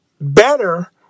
better